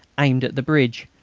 aimed at the bridge,